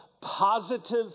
positive